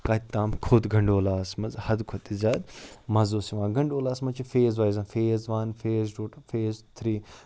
کَتہِ تام کھوٚت گَنڈولاہَس منٛز حدٕ کھۄتہٕ تہِ زیادٕ مَزٕ اوس یِوان گَنڈولاہَس منٛز چھِ phase wise phase one phase two ٹُہ فیز تھرٛی